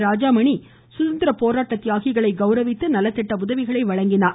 ராஜாமணி சுதந்திரப்போராட்ட தியாகிகளை கௌரவித்து நலத்திட்ட உதவிகளை வழங்கினார்